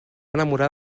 enamorar